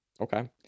Okay